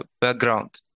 background